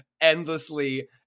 endlessly